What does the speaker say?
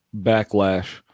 backlash